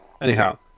Anyhow